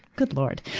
good lord!